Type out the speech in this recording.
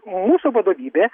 mūsų vadovybė